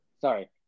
Sorry